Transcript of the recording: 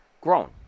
grown